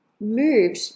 moved